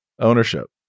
ownership